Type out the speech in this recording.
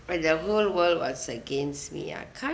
when the whole world was against me ah can't